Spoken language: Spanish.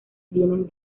vienen